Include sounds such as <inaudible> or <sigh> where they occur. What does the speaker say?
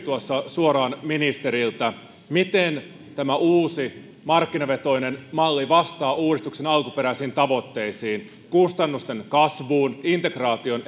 suoraan ministeriltä miten tämä uusi markkinavetoinen malli vastaa uudistuksen alkuperäisiin tavoitteisiin kustannusten kasvuun integraatioon <unintelligible>